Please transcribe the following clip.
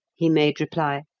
he made reply.